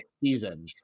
season